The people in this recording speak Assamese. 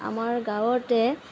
আমাৰ গাঁৱতে